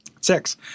Six